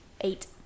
eight